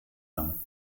lang